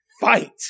fight